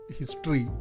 history